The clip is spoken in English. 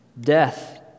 Death